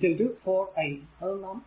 അത് ആദ്യം കണ്ടു